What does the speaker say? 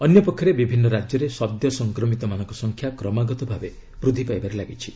ଅନ୍ୟ ପକ୍ଷରେ ବିଭିନ୍ନ ରାଜ୍ୟରେ ସଦ୍ୟ ସଂକ୍ରମିତମାନଙ୍କ ସଂଖ୍ୟା କ୍ରମାଗତ ଭାବେ ବୃଦ୍ଧି ପାଇବାରେ ଲାଗିଛି